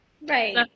Right